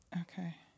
okay